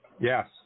Yes